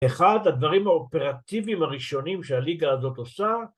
אחד הדברים האופרטיביים הראשונים שהליגה הזאת עושה